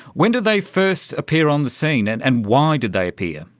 when did they first appear on the scene and and why did they appear?